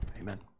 Amen